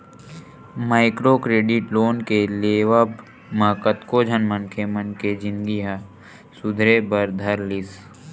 micro credit loan के लेवब म कतको झन मनखे मन के जिनगी ह सुधरे बर धर लिस